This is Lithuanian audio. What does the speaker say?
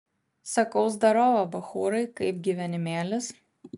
sakau zdarova bachūrai kaip gyvenimėlis